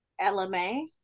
LMA